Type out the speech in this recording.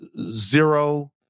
zero